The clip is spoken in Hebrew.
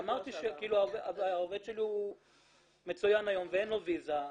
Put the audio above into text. אמרתי שהעובד שלי מצוין ואין לו ויזה,